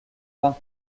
pain